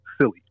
silly